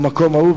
במקום ההוא,